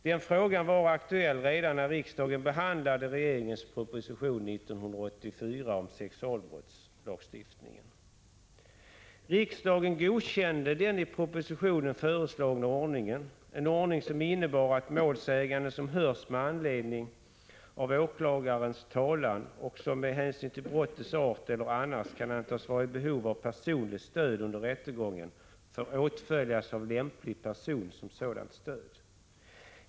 Den frågan var aktuell redan när riksdagen behandlade regeringens proposition om sexualbrottslagstiftningen, 1984. Riksdagen godkände den i propositionen föreslagna ordningen, en ordning som innebar att målsägande som hörs med anledning av åklagarens talan och som med hänsyn till brottets art eller annars kan antas vara i behov av personligt stöd under rättegången får åtföljas av en lämplig person som sådant stöd.